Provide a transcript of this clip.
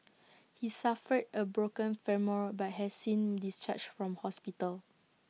he suffered A broken femur but has since discharged from hospital